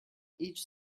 each